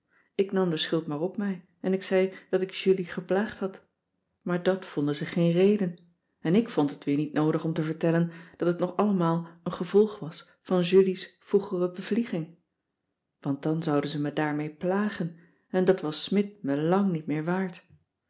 ik nam de schuld maar op mij en ik zei dat ik julie geplaagd had maar dat vonden ze geen reden en ik vond het weer niet noodig om te vertellen dat het nog allemaal een gevolg was van julie's vroegere bevlieging want dan zouden ze mij daarmee plagen en dat was smidt me lang niet meer waard